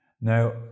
Now